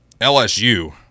LSU